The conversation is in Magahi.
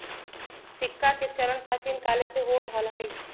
सिक्काके चलन प्राचीन काले से हो रहल हइ